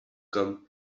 kam